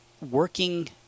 working